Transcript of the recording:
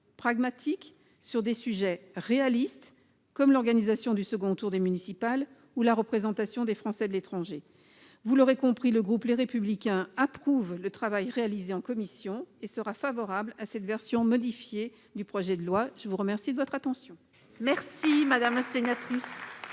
pragmatiques sur des sujets réalistes, tels que l'organisation du second tour des élections municipales ou la représentation des Français de l'étranger. Vous l'aurez compris, le groupe Les Républicains approuve le travail réalisé en commission et sera favorable à cette version modifiée du projet de loi. La parole est à M. le ministre.